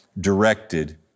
directed